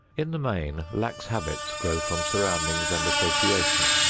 in the main, lax habits grow from surroundings and association.